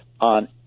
On